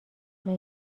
مگه